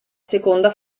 seconda